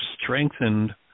strengthened